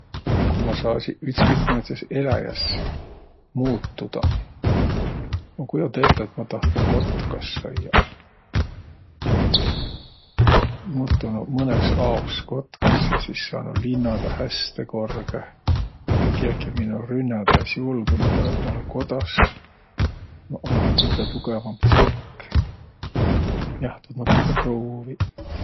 Ku ma saasiq ütskõik määntses eläjäs muutudaq. Ma kujoda ette, et ma tahtnuq kotkas saiaq. Et muutunuq mõnõs aos kotkas ja sis saanuq linnadaq häste korgõh. Ja kiäki minno rünnädäq es julõnuq, selle et ma olõ kodas, ma olõ kõgõ tugõvamb tsirk. Jah, tuud ma tahtnuq pruuviq.